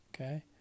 Okay